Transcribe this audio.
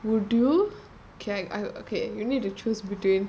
would you K uh okay you need to choose between